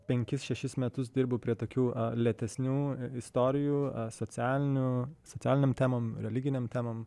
penkis šešis metus dirbu prie tokių lėtesnių istorijų socialinių socialinėm temom religinėm temom